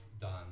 done